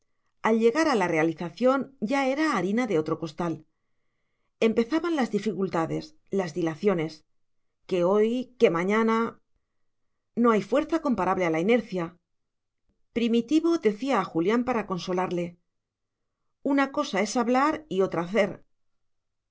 al llegar a la realización ya era harina de otro costal empezaban las dificultades las dilaciones que hoy que mañana no hay fuerza comparable a la inercia primitivo decía a julián para consolarle una cosa es hablar y otra hacer